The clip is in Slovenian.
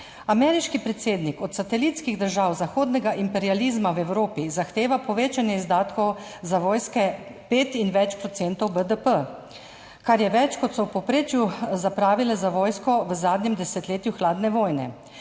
Ameriški predsednik od satelitskih držav zahodnega imperializma v Evropi zahteva povečanje izdatkov za vojske na 5 % in več procentov BDP, kar je več, kot so v povprečju zapravile za vojsko v zadnjem desetletju hladne vojne.